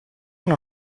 non